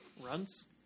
Runs